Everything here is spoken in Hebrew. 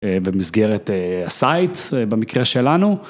במסגרת ה-site במקרה שלנו.